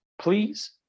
please